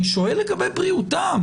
אני שואל לגבי בריאותם.